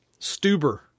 Stuber